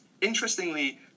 interestingly